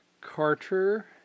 Carter